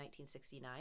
1969